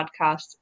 podcast